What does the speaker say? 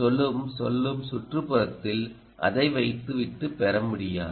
சொல்லும் சுற்றுப்புறத்தில் அதை வைத்து விட்டு பெற முடியாது